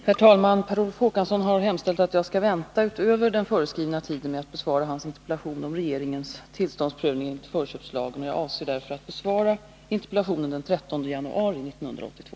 Herr talman! Per Olof Håkansson har hemställt att jag skall vänta utöver den föreskrivna tiden med att besvara hans interpellation om regeringens tillståndsprövning enligt förköpslagen. Jag avser därför att besvara interpellationen den 13 januari 1982.